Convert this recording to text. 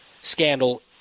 scandal